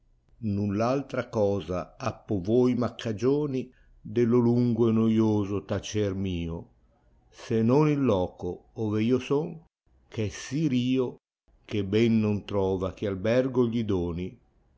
altra cosa appo voi m accagioni dello lungo e noioso tacer mio se non il loco ove io son ch è sì rio che ben non trova chi albergo gli doni